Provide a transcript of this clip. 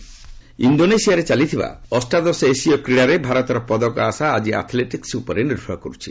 Asian games ଇଣ୍ଡୋନେସିଆରେ ଚାଳିଥିବା ଅଷ୍ଟାଦଶ ଏସୀୟ କ୍ୱୀଡ଼ାରେ ଭାରତର ପଦକ ଆଶା ଆଜି ଆଥ୍ଲେଟିକ୍ନ ଉପରେ ନିର୍ଭର କରୁଛି